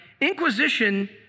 Inquisition